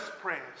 prayers